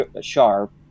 sharp